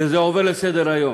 וזה עובר לסדר-היום,